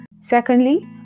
Secondly